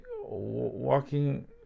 walking